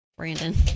Brandon